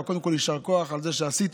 אבל קודם כול יישר כוח על זה שעשיתם,